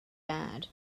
bad